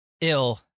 ill